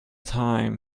time